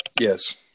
Yes